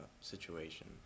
situation